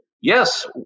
Yes